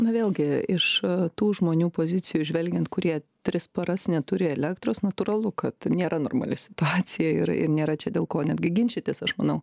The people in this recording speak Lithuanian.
na vėlgi iš tų žmonių pozicijų žvelgiant kurie tris paras neturi elektros natūralu kad nėra normali situacija ir ir nėra čia dėl ko netgi ginčytis aš manau